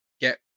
get